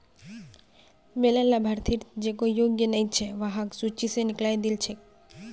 वैला लाभार्थि जेको योग्य नइ छ वहाक सूची स निकलइ दिल छेक